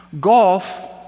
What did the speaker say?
golf